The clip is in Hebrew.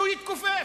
שהוא יתכופף,